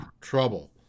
trouble